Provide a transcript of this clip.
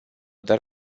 dar